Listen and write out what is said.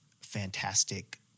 fantastic